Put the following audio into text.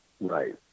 Right